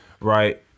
right